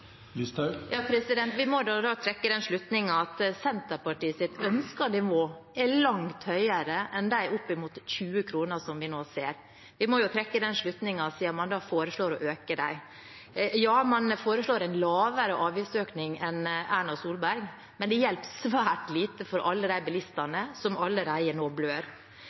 Vi må da trekke den slutning at Senterpartiets ønskede nivå er langt høyere enn de oppimot 20 kronene som vi nå ser. Vi må jo trekke den slutningen, siden man da foreslår å øke. Ja, man foreslår en lavere avgiftsøkning enn Erna Solberg, men det hjelper svært lite for alle de bilistene som allerede nå